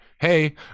Hey